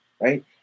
right